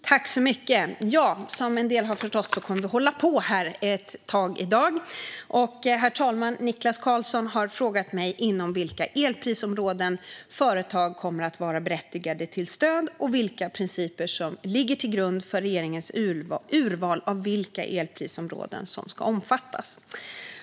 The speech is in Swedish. Herr talman! Som en del har förstått kommer vi att hålla på här i kammaren ett tag i dag. Niklas Karlsson har frågat mig inom vilka elprisområden företag kommer att vara berättigade till stöd och vilka principer som ligger till grund för regeringens urval av vilka elprisområden som ska omfattas.